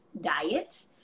diet